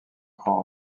grand